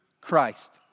Christ